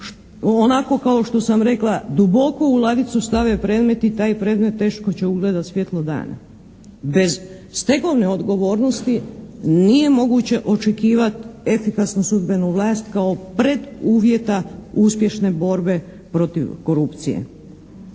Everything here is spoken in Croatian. onako kao što sam rekla, duboko u ladicu stave predmet i taj predmet teško će ugledati svijetlost dana. Bez stegovne odgovornosti nije moguće očekivati efikasnu sudbenu vlast kao preduvjeta uspješne borbe protiv korupcije.